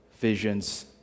visions